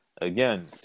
Again